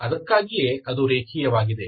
ಅದಕ್ಕಾಗಿಯೇ ಅದು ರೇಖೀಯವಾಗಿದೆ